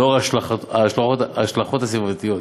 לאור ההשלכות הסביבתיות.